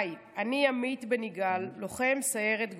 היי, אני עמית בן יגאל, לוחם סיירת גולני.